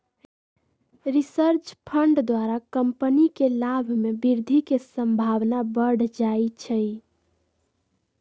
research fund द्वारा company के लाभ में वृद्धि के संभावना बढ़ जाइ छइ